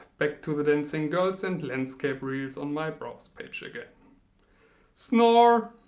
back to the dancing girls and landscape reels on my brows page again snore